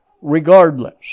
regardless